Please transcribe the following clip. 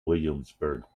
williamsburg